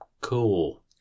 Cool